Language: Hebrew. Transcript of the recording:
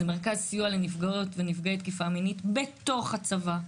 זה מרכז סיוע לנפגעות ונפגעי תקיפה מינית בתוך הצבא,